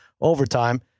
overtime